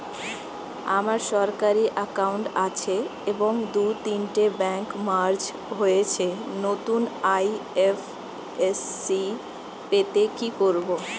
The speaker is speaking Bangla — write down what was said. আমার সরকারি একাউন্ট আছে এবং দু তিনটে ব্যাংক মার্জ হয়েছে, নতুন আই.এফ.এস.সি পেতে কি করব?